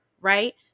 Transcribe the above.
right